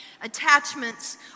Attachments